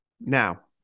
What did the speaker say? Now